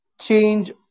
change